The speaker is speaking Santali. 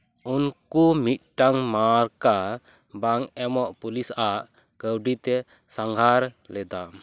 ᱩᱱᱠᱩ ᱢᱤᱫᱴᱟᱝ ᱢᱟᱨᱠᱟ ᱵᱟᱝ ᱮᱢᱚᱜ ᱯᱩᱞᱤᱥ ᱟᱜ ᱠᱟᱹᱣᱰᱤᱛᱮ ᱥᱟᱸᱜᱷᱟᱨ ᱞᱮᱫᱟ